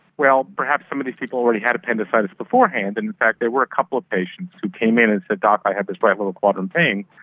well, perhaps some of these people already had appendicitis beforehand and in fact there were a couple of patients who came in and said, doc, i have this right lower quadrant pain,